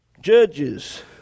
Judges